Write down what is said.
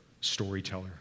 storyteller